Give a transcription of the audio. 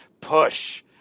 Push